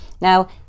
Now